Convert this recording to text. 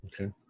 Okay